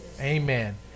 amen